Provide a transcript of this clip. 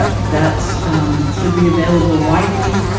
ah that um should be available widely.